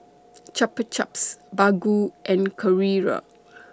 Chupa Chups Baggu and Carrera